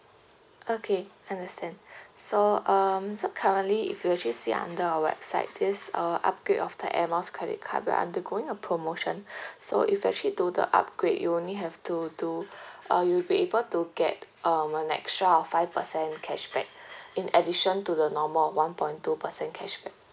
okay understand so um so currently if you actually see under our website this uh upgrade of the air miles credit card we're undergoing a promotion so if actually total upgrade you only have to do uh you'll be able to get um an extra of five percent cashback in addition to the normal one point two percent cashback